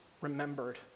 remembered